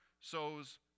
sows